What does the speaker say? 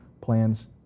plans